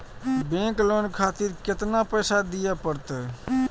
Bank loan खातीर केतना पैसा दीये परतें?